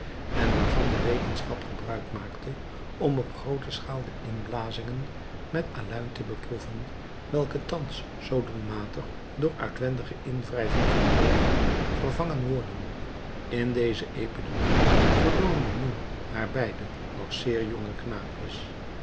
en waarvan de wetenschap gebruik maakte om op groote schaal de inblazingen met aluin te beproeven welke thans zoo doelmatig door uitwendige inwrijving van jodium vervangen worden in deze epidemie verloor magnon haar beide nog zeer jonge knaapjes